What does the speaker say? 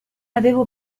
avevo